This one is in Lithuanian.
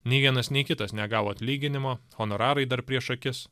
nei vienas nei kitas negavo atlyginimo honorarai dar prieš akis